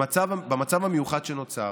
במצב המיוחד שנוצר,